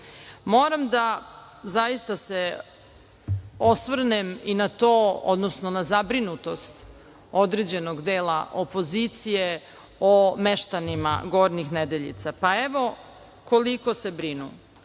da se zaista osvrnem i na to, odnosno na zabrinutost određenog dela opozicije o meštanima Gornjih Nedeljica, pa evo koliko se brinu.